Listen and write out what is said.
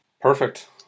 Perfect